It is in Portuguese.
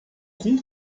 com